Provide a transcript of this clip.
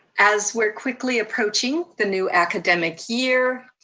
as we're quickly approaching the new academic year,